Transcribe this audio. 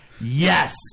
Yes